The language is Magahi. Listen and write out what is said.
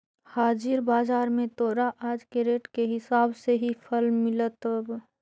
हाजिर बाजार में तोरा आज के रेट के हिसाब से ही फल मिलतवऽ